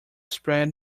spread